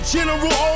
General